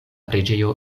preĝejo